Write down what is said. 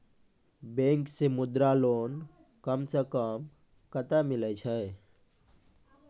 Bank से Mudra loan कम सऽ कम कतैय मिलैय छै?